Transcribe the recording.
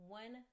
one